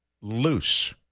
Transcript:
loose